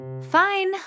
Fine